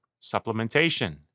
supplementation